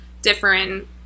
different